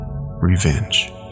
Revenge